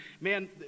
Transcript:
man